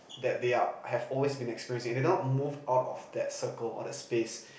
that they are have always been experiencing they don't move out of that circle or that space